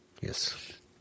Yes